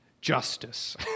justice